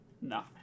No